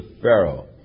Pharaoh